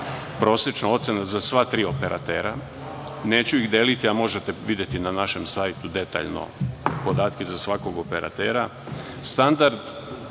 prosečna ocena za sva tri operatera, neću ih deliti, a možete videti na našem sajtu detaljno podatke za svakog operatera,